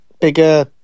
bigger